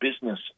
business